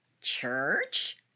Church